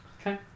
Okay